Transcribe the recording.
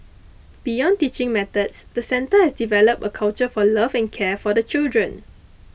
beyond teaching methods the centre has developed a culture for love and care for the children